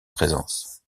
présence